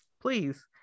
please